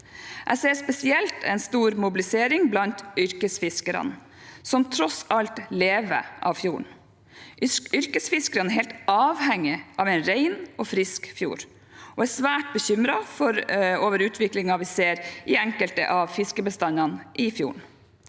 Jeg ser spesielt en stor mobilisering blant yrkesfiskerne, som tross alt lever av fjorden. Yrkesfiskerne er helt avhengig av en ren og frisk fjord og er svært bekymret over utviklingen vi ser i enkelte av fiskebestandene i fjorden.